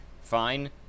fine